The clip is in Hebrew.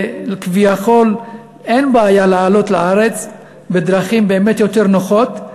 וכביכול אין בעיה לעלות לארץ באמת בדרכים נוחות יותר,